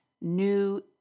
new